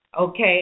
okay